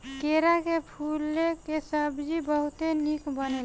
केरा के फूले कअ सब्जी बहुते निक बनेला